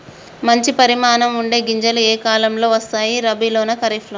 మంచి పరిమాణం ఉండే గింజలు ఏ కాలం లో వస్తాయి? రబీ లోనా? ఖరీఫ్ లోనా?